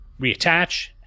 reattach